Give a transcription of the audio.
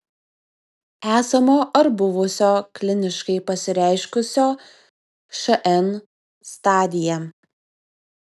esamo ar buvusio kliniškai pasireiškusio šn stadija